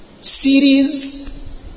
series